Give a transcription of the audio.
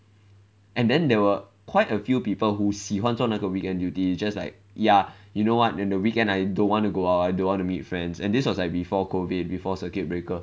and then there were quite a few people who 喜欢做那个 weekend duty it's just like ya you know [what] in the weekend I don't want to go out I don't want to meet friends and this was like before COVID before circuit breaker